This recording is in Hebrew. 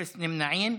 אפס נמנעים.